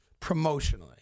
promotionally